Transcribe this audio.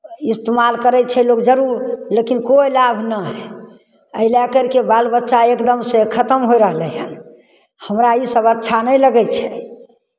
इस्तेमाल करै छै लोक जरूर लेकिन कोइ लाभ नहि हइ एहि लए करि कऽ बाल बच्चा एकदमसँ खतम होय रहलै हन हमरा इसभ अच्छा नहि लगै छै